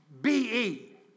B-E